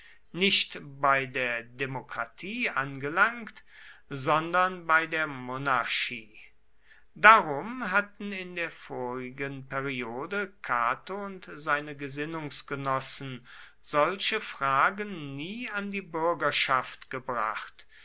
nicht bei der demokratie angelangt sondern bei der monarchie darum hatten in der vorigen periode cato und seine gesinnungsgenossen solche fragen nie an die bürgerschaft gebracht